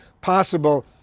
possible